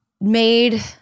made